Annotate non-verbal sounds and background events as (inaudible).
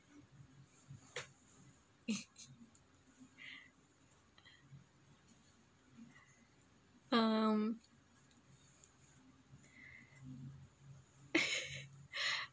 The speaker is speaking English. (laughs) um (laughs)